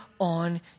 on